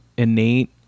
innate